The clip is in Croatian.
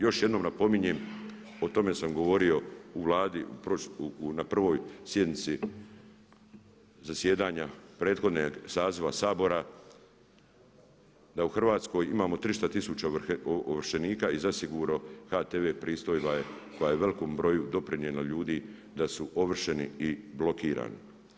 Još jednom napominjem, o tome sam govorio u Vladi na prvoj sjednici zasjedanja prethodnog saziva Sabora da u Hrvatskoj imamo 300 tisuća ovršenika i zasigurno HTV pristojba je koja je u velikom broju doprinijela ljudi da su ovršeni i blokirani.